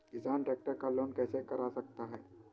किसान ट्रैक्टर का लोन कैसे करा सकता है?